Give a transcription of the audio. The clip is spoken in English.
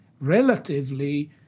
relatively